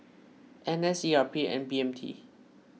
N S E R P and B M T